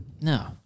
No